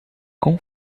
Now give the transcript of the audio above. com